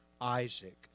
Isaac